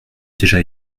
déjà